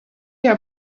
are